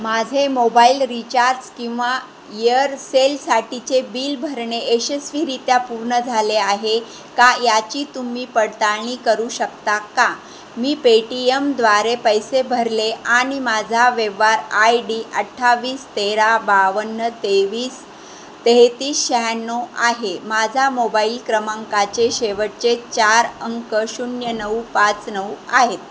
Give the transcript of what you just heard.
माझे mobile recharge किंवा इयरसेलसाठीचे बिल भरणे यशस्वीरित्या पूर्ण झाले आहे का याची तुम्ही पडताळणी करू शकता का मी पेटीयमद्वारे पैसे भरले आणि माझा व्यवहार आय डी अठ्ठावीस तेरा बावन्न तेवीस तेहेतीस शहाण्णव आहे माझा मोबाईल क्रमांकाचे शेवटचे चार अंक शून्य नऊ पाच नऊ आहेत